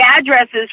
addresses